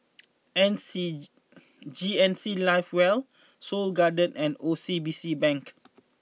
N C G N C live well Seoul Garden and O C B C Bank